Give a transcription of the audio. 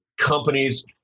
companies